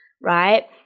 right